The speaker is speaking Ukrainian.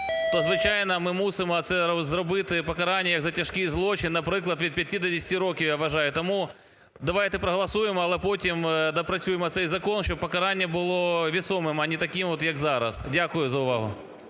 то, звичайно, ми мусимо це зробити покарання як за тяжкий злочин, наприклад, від 5-ти до 10-ти років, я вважаю. Тому давайте проголосуємо, але потім доопрацюємо цей закон, щоб покарання було весомим, а не таким от, як зараз. Дякую за увагу.